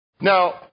Now